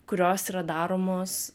kurios yra daromos